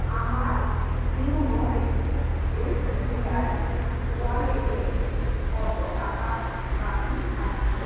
আমার YONO SBI ওয়ালেটে কত টাকা বাকি আছে